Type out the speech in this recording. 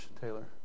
Taylor